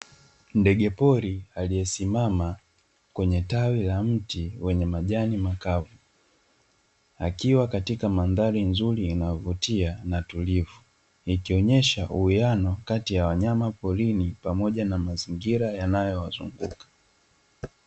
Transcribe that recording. Ndege pori aliyesimama kwenye tawi la mti wenye majani makavu. Akiwa katika Mandhari nzuri inayovutia na tulivu, ikionesha uwiano kati ya wanyama porini na mazingira yanayowazunguka.